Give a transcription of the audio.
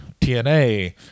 TNA